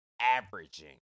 averaging